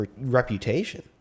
reputation